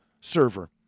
server